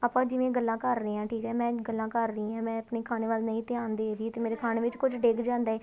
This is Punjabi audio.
ਆਪਾਂ ਜਿਵੇਂ ਗੱਲਾਂ ਕਰ ਰਹੇ ਹਾਂ ਠੀਕ ਹੈ ਮੈਂ ਗੱਲਾਂ ਕਰ ਰਹੀ ਹਾਂ ਮੈਂ ਆਪਣੇ ਖਾਣੇ ਵੱਲ ਨਹੀਂ ਧਿਆਨ ਦੇ ਰਹੀ ਅਤੇ ਮੇਰੇ ਖਾਣੇ ਵਿੱਚ ਕੁਝ ਡਿੱਗ ਜਾਂਦਾ ਹੈ